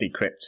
decrypt